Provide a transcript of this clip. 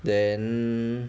then